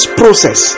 process